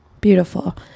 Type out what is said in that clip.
beautiful